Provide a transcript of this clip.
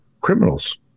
criminals